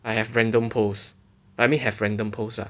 I have random post I mean have random post lah